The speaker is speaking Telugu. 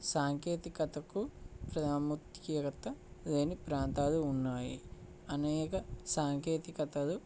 సాంకేతికతకు ప్రాముఖ్యత లేని ప్రాంతాలు ఉన్నాయి అనేక సాంకేతికతలు